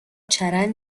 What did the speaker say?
چرند